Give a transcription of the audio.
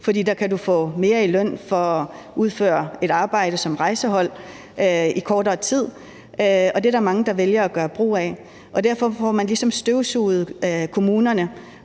der kan du få mere i løn for at udføre et arbejde som rejsehold i kortere tid? Og det er der mange der vælger at gøre brug af. Derfor får man ligesom støvsuget kommunerne